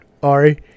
Ari